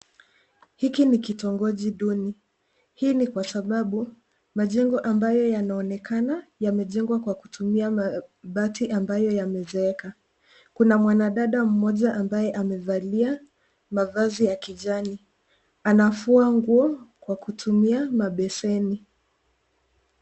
Hiki ni kitongoji duni. Hii ni kwa sababu majengo ambayo yanaonekana yamejengwa kwa kutumia mabati ambayo yamezeeka. Kuna mwanadada mmoja ambaye amevalia mavazi ya kijani anafua nguo kwa kutumia mabeseni.